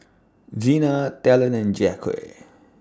Zina Talon and Jacque